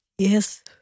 Yes